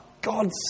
God